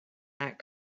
that